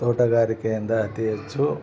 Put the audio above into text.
ತೋಟಗಾರಿಕೆಯಿಂದ ಅತಿ ಹೆಚ್ಚು